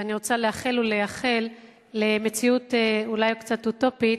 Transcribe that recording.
ואני רוצה לאחל ולייחל למציאות אולי קצת אוטופית,